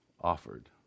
offered